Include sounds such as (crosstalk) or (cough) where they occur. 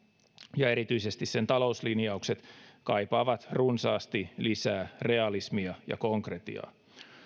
(unintelligible) ja erityisesti sen talouslinjaukset kaipaavat runsaasti lisää realismia ja konkretiaa